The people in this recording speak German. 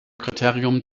kriterium